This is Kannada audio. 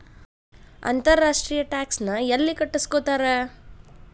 ಅಂತರ್ ರಾಷ್ಟ್ರೇಯ ಟ್ಯಾಕ್ಸ್ ನ ಯೆಲ್ಲಿ ಕಟ್ಟಸ್ಕೊತಾರ್?